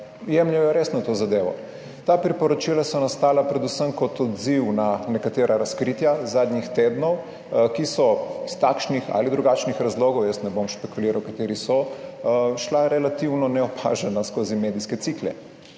jemljejo resno to zadevo. Ta priporočila so nastala predvsem kot odziv na nekatera razkritja zadnjih tednov, ki so iz takšnih ali drugačnih razlogov - jaz ne bom špekuliral kateri - so šla relativno neopažena skozi medijske cikle.